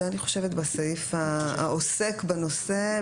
זה אני חושבת בסעיף העוסק בנושא,